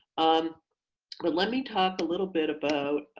um but let me talk a little bit about